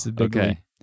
okay